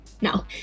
No